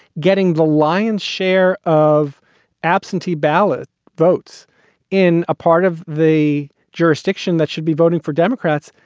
getting the lion's share of absentee ballot votes in a part of the jurisdiction that should be voting for democrats.